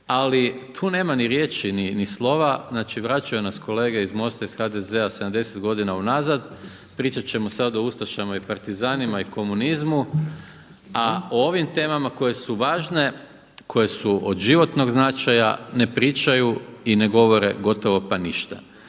ali tu nema ni riječi ni slova, znači vraćaju nas kolege iz MOST-a i iz HDZ-a 70 godina unazad, pričati ćemo sada o ustašama i partizanima i komunizmu a o ovim temama koje su važne, koje su od životnog značaja ne pričaju i ne govore gotovo pa ništa.